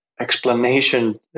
explanation